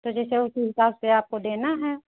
तो जैसे उसी हिसाब से आपको देना है